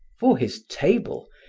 for his table,